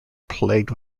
plagued